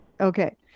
Okay